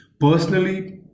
personally